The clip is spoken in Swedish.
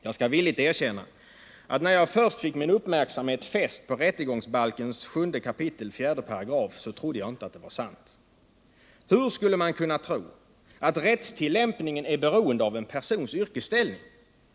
Jag skall villigt erkänna att när jag först fick min uppmärksamhet fäst på rättegångsbalkens 7 kap. 4 § trodde jag inte att det var sant. Hur skulle en vanlig människa som inte är jurist kunna tro att rättstillämpningen är beroende av en persons yrkesställning?